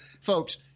Folks